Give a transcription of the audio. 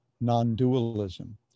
non-dualism